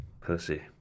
Pussy